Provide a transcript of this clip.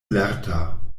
lerta